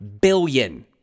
billion